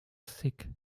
thick